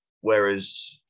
Whereas